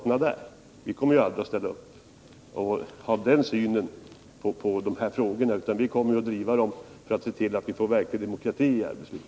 Vi kommer aldrig att dela den synen på de här frågorna. Vi kommer att försöka se till att vi får verklig demokrati i arbetslivet.